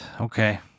Okay